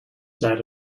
sat